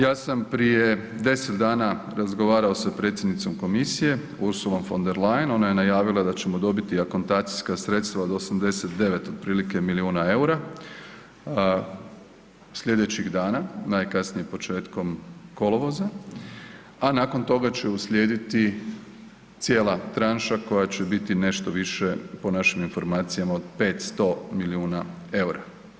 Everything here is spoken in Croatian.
Ja sam prije 10 dana razgovarao sa predsjednicom Komisije Ursulom von den Leyen, ona je najavila da ćemo dobiti akontacijska sredstva od 89 otprilike milijuna eura, sljedećih dana, najkasnije početkom kolovoza, a nakon toga će uslijediti slijediti cijena tranša koja će biti nešto više, po našim informacijama od 500 milijuna eura.